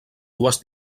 dues